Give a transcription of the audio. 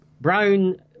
brown